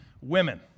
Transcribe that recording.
women